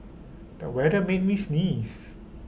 the weather made me sneeze